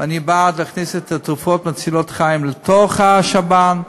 ואני בעד להכניס את התרופות מצילות החיים לתוך השב"ן.